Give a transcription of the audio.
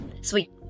Sweet